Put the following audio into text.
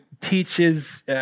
teaches